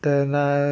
तैरना